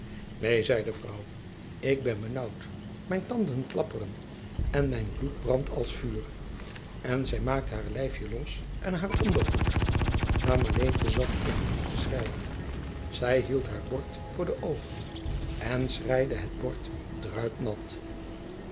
neen zei de vrouw ik ben benauwd mijn tanden klapperen en mijn bloed brandt als vuur en zij maakte haar lijfje los en haar ondergoed maar marleentje zat in een hoek te schreien zij hield haar bord voor de oogen en schreide het bord